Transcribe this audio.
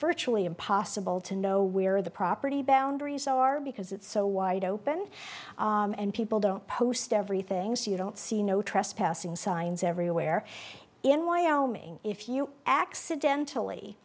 virtually impossible to know where the property boundaries are because it's so wide open and people don't post everything's you don't see no trespassing signs everywhere in wyoming if you accidentally